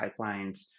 pipelines